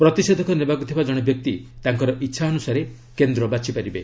ପ୍ରତିଷେଧକ ନେବାକୁ ଥିବା ଜଣେ ବ୍ୟକ୍ତି ତାଙ୍କ ଇଚ୍ଛା ଅନୁସାରେ କେନ୍ଦ୍ର ବାଛି ପାରିବେ